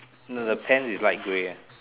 no the pants is light grey